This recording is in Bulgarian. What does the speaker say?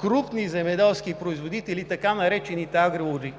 крупни земеделски производители, така наречените